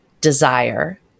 desire